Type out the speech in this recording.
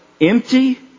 empty